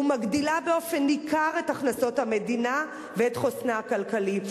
ומגדילה באופן ניכר את הכנסות המדינה ואת חוסנה הכלכלי.